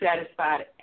satisfied